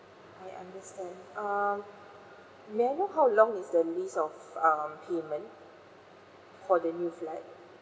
I understand um may I know how long is the list of um payment for the new flat